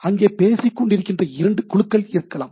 அங்கே பேசிக்கொண்டிருக்கின்ற இரண்டு குழுக்கள் இருக்கலாம்